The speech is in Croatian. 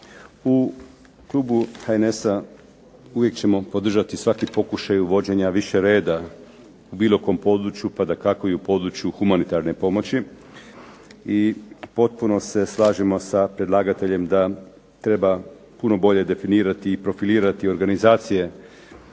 U klubu HNS-a uvijek ćemo podržati svaki pokušaj uvođenja više reda u bilo kom području pa dakako i u području humanitarne pomoći. I potpuno se slažemo sa predlagateljem da treba puno bolje definirati i profilirati organizacije